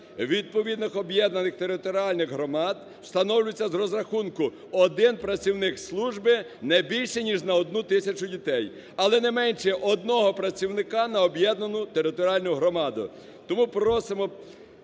відповідних об'єднаних територіальних громад встановлюється з розрахунку один працівник служби не більше ніж на одну тисячу дітей, але не менше одного працівника на об'єднану територіальну громаду".